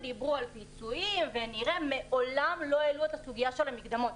הם דיברו על פיצויים ומעולם לא העלו את סוגיית המקדמות.